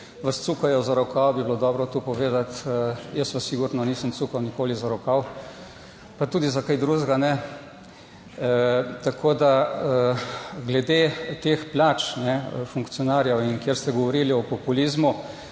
vas cukajo za rokav, bi bilo dobro to povedati. Jaz vas sigurno nisem cukal nikoli za rokav, pa tudi za kaj drugega ne. Tako, da glede teh plač funkcionarjev in kjer ste govorili o populizmu